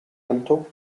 ganto